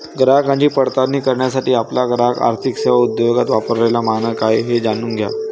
ग्राहकांची पडताळणी करण्यासाठी आपला ग्राहक आर्थिक सेवा उद्योगात वापरलेला मानक आहे हे जाणून घ्या